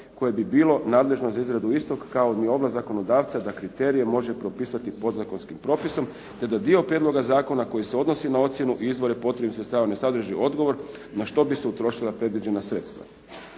koje bi bilo nadležno za izradu istog kao ni ovlast zakonodavca da kriterije može propisati podzakonskim propisom, te da dio prijedloga zakona koji se odnosi na ocjenu izvodi potrebnim sredstava ne sadrži odgovor na što bi se utrošila predviđena sredstva.